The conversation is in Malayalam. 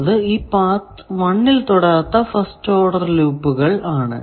എന്നത് ഈ പാത്ത് 1 ൽ തൊടാത്ത ഫസ്റ്റ് ഓഡർ ലൂപ്പുകൾ ആണ്